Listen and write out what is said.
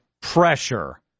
pressure